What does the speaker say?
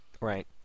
Right